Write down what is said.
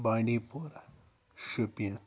بانڈی پوٗرا شُین